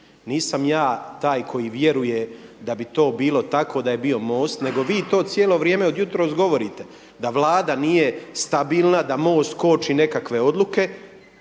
Nisam ja taj koji vjeruje da bi to bilo tako da je bio MOST nego vi to cijelo vrijeme od jutros govorite, da Vlada nije stabilna, da MOST koči nekakve odluke.